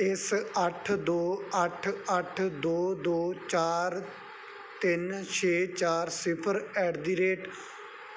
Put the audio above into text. ਇਸ ਅੱਠ ਦੋ ਅੱਠ ਅੱਠ ਦੋ ਦੋ ਚਾਰ ਤਿੰਨ ਛੇ ਚਾਰ ਸਿਫਰ ਐਟ ਦੀ ਰੇਡ